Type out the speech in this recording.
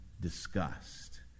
Disgust